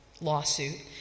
lawsuit